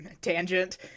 tangent